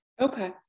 Okay